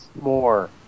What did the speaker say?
more